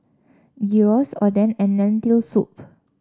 Gyros Oden and Lentil Soup